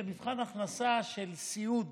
מבחן הכנסה של סיעוד